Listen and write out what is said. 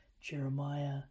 Jeremiah